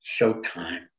Showtime